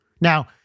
Now